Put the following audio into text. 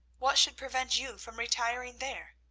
what should prevent you from retiring there?